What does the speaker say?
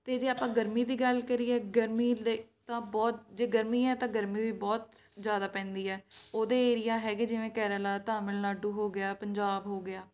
ਅਤੇ ਜੇ ਆਪਾਂ ਗਰਮੀ ਦੀ ਗੱਲ ਕਰੀਏ ਗਰਮੀ ਤ ਤਾਂ ਬਹੁਤ ਜੇ ਗਰਮੀ ਹੈ ਤਾਂ ਗਰਮੀ ਵੀ ਬਹੁਤ ਜ਼ਿਆਦਾ ਪੈਂਦੀ ਹੈ ਉਹਦੇ ਏਰੀਆ ਹੈਗੇ ਜਿਵੇਂ ਕੇਰਲਾ ਤਾਮਿਲਨਾਡੂ ਹੋ ਗਿਆ ਪੰਜਾਬ ਹੋ ਗਿਆ